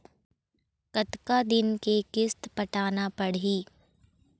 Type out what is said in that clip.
कतका दिन के किस्त पटाना पड़ही?